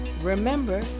Remember